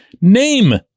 Name